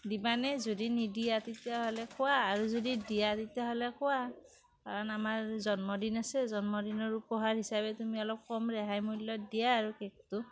দিবানে যদি নিদিয়া তেতিয়াহ'লে কোৱা আৰু যদি দিয়া তেতিয়াহ'লে কোৱা কাৰণ আমাৰ জন্মদিন আছে জন্মদিনৰ উপহাৰ হিচাপে তুমি অলপ কম ৰেহাই মূল্যত দিয়া আৰু কেকটো